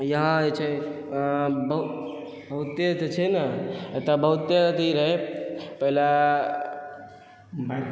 यहाँ जे छै बहुते जे छै ने एतऽ बहुते अथी रहै पहिले